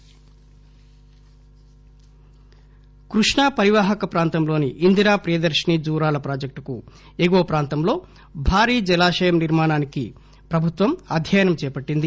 జలాశయం కృష్ణా పరివాహక ప్రాంతంలోని ఇందిరా ప్రియదర్తిని జూరాల ప్రాజెక్లుకు ఎగువ ప్రాంతంలో భారీ జలాశయం నిర్మాణానికి ప్రభుత్వం అధ్యయనం చేపట్టింది